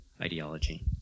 ideology